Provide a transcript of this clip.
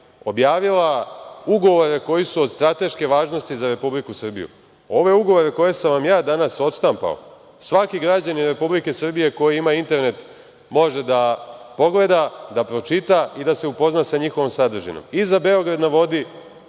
objavila ugovore koji su od strateške važnosti za Republiku Srbiju. Ove ugovore koje sam vam danas odštampao, svaki građanin Republike Srbije koji ima internet može da pogleda, da pročita i da se upozna sa njihovom sadržinom, i za „Beograd na vodi“,